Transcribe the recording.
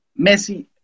Messi